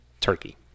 Turkey